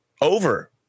over